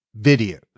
videos